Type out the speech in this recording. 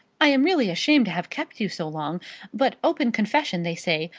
i am really ashamed to have kept you so long but open confession, they say,